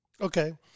Okay